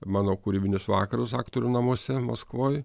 mano kūrybinis vakaras aktorių namuose maskvoj